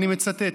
ואני מצטט: